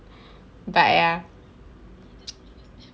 but ya